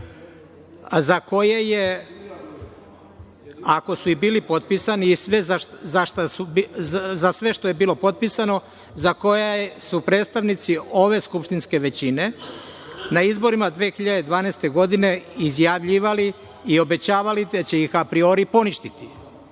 dokumenata. Ako su i bili potpisani, za sve što je bilo potpisano, a za koje su predstavnici ove skupštinske većine na izborima 2012. godine izjavljivali i obećavali da će ih apriori poništi.